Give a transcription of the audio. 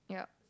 yup